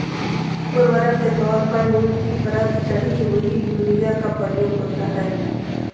उर्वरक के तौर पर नीम की परत चढ़ी हुई यूरिया का प्रयोग होता है